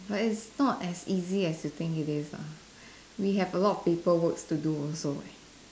but it's not as easy as you think it is ah we have a lot of paper works to do also eh